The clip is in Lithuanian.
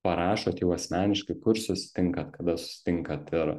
parašot jau asmeniškai kur susitinkat kada susitinkat ir